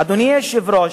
אדוני היושב-ראש,